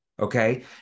okay